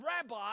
rabbi